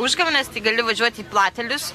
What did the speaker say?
užgavėnes tai gali važiuot į platelius